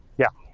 yeah.